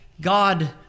God